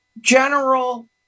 general